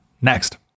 Next